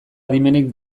adimenik